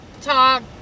talk